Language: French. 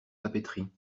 papeterie